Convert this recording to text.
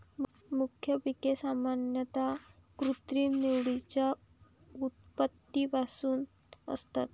मुख्य पिके सामान्यतः कृत्रिम निवडीच्या उत्पत्तीपासून असतात